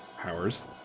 powers